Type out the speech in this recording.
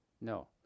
No